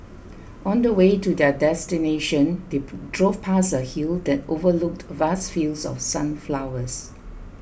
on the way to their destination they drove past a hill that overlooked vast fields of sunflowers